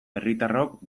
herritarrok